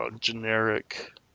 generic